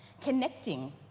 connecting